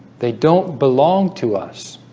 they don't belong to us